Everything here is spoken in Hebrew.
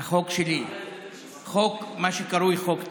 החוק שלי, מה שקרוי "חוק טיבי".